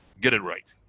get it right.